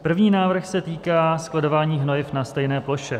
První návrh se týká skladování hnojiv na stejné ploše.